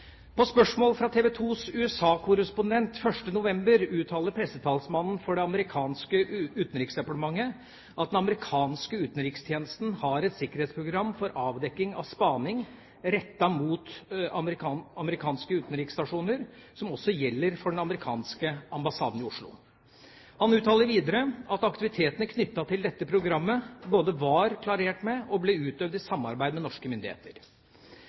På spørsmål fra TV 2s USA-korrespondent 1. november uttaler pressetalsmannen for det amerikanske utenriksdepartementet at den amerikanske utenrikstjenesten har et sikkerhetsprogram for avdekking av spaning rettet mot amerikanske utenriksstasjoner, som også gjelder for den amerikanske ambassaden i Oslo. Han uttaler videre at aktivitetene knyttet til dette programmet både var klarert med og ble utøvd i samarbeid med norske myndigheter.